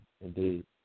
indeed